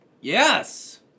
Yes